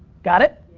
got it?